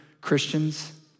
Christians